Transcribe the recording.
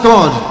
God